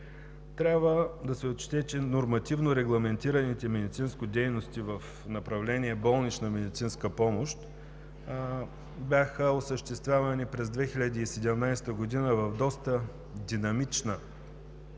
Трябва да се отчете, че нормативно регламентираните медицински дейности в направление „болнична медицинска помощ“ бяха осъществявани през 2017 г. в доста динамична обстановка,